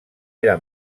era